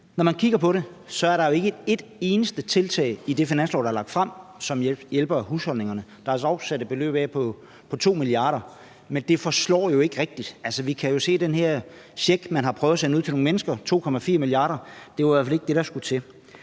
Når man kigger på det, er der jo ikke et eneste tiltag i det finanslovsforslag, der er lagt frem, som hjælper husholdningerne. Der er dog sat et beløb på 2 mia. kr. af, men det forslår jo ikke rigtig. Altså, vi kan jo se, at den her check, som man har prøvet at sende ud til nogle mennesker, for 2,4 mia. kr., i hvert fald ikke var det, der skulle til.